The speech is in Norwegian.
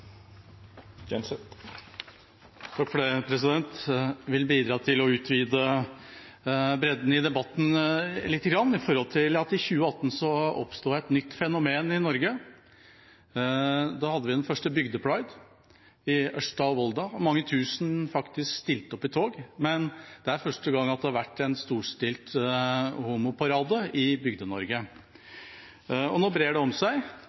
vil bidra til å utvide bredden i debatten litt, med tanke på at det i 2018 oppsto et nytt fenomen i Norge. Da hadde vi den første bygde-pride i Ørsta og Volda, hvor mange tusen faktisk stilte opp i tog, men det var første gang det var en storstilt homoparade i Bygde-Norge. Nå brer det seg.